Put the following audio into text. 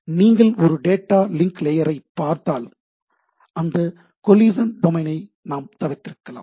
எனவே நீங்கள் ஒரு டேட்டா லிங்க் லேயர் ஐ பார்த்தால் அந்த கோலிசன் டொமைன் ஐ நாம் தவிர்த்திருக்கலாம்